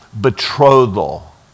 betrothal